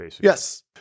yes